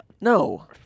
No